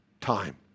time